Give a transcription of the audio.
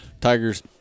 Tiger's